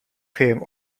him